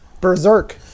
Berserk